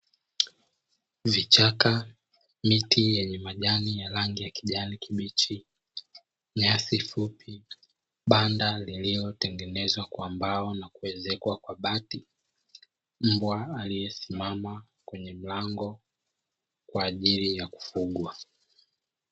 Vichaka, miti yenye majani ya rangi ya kijani kibichi, nyasi fupi banda lililotengenezwa kwa mbao na kuezekwa kwa bati, mbwa aliyesimama kwenye mlango kwa ajili ya kufugwa.